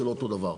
זה לא אותו דבר.